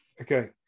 Okay